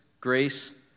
grace